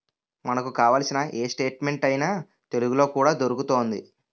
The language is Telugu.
మనకు కావాల్సిన ఏ స్టేట్మెంట్ అయినా తెలుగులో కూడా దొరుకుతోంది